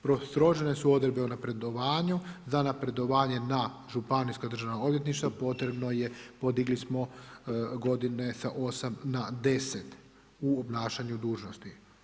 Postrožene su odredbe o napredovanju, za napredovanje na Županijsko državna odvjetništva potrebno je podigli smo godine sa 8 na 10 u obnašanju dužnosti.